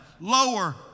lower